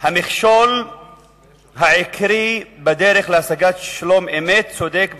המכשול העיקרי בדרך להשגת שלום-אמת צודק,